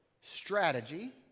strategy